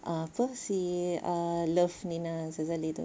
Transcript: apa si ah love Nina Sazali tu